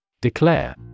Declare